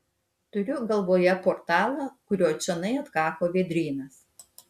turiu galvoje portalą kuriuo čionai atkako vėdrynas